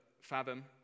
fathom